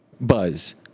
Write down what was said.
Buzz